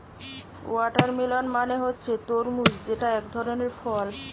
watermelon মানে হচ্ছে তরমুজ যেটা একধরনের ফল